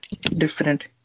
different